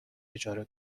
اجاره